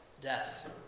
death